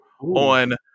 on